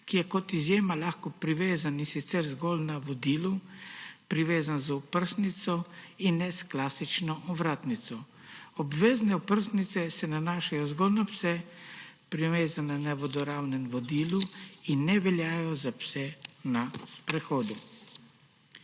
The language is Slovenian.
ki je kot izjema lahko privezan, in sicer zgolj na vodilu, privezan z oprsnico in ne s klasično ovratnico. Obvezne oprsnice se nanašajo zgolj na pse, privezane na vodoravnem vodilu, in ne veljajo za pse na sprehodu.